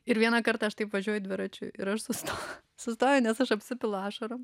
ir vieną kartą aš taip važiuoju dviračiu ir aš susto sustoju nes aš apsipilu ašarom